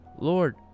Lord